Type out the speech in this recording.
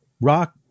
rock